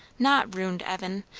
not ruined, evan.